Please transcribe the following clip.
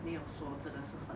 没有说真的是很